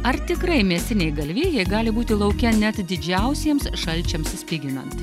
ar tikrai mėsiniai galvijai gali būti lauke net didžiausiems šalčiams spiginant